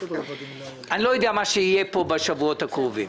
אני לא יודע מה יהיה פה בשבועות הקרובים